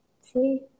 see